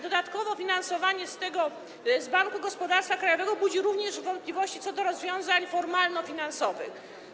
Dodatkowo finansowanie z Banku Gospodarstwa Krajowego budzi również wątpliwości co do rozwiązań formalno-finansowych.